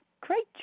Great